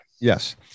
Yes